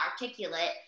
articulate